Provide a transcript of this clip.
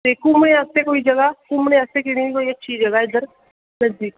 ते घुमनै आस्तै कोई जगह ते घुमनै आस्तै कोई केह्ड़ी जगह इद्धर दी